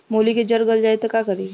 मूली के जर गल जाए त का करी?